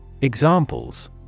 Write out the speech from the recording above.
Examples